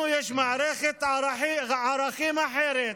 לנו יש מערכת ערכים אחרת.